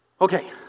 Okay